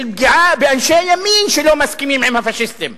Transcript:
של פגיעה באנשי ימין שלא מסכימים עם הפאשיסטים.